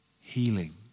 Healing